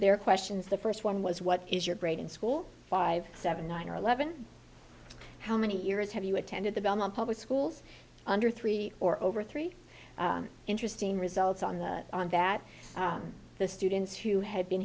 their questions the first one was what is your grade in school five seven nine or eleven how many years have you attended the belmont public schools under three or over three interesting results on the on that the students who had been